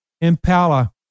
impala